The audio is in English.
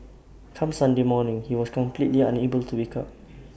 come Sunday morning he was completely unable to wake up